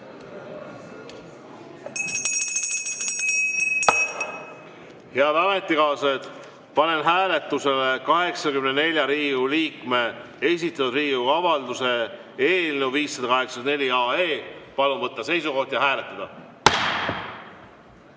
Head ametikaaslased, panen hääletusele 84 Riigikogu liikme esitatud Riigikogu avalduse eelnõu 584. Palun võtta seisukoht ja hääletada!